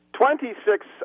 Twenty-six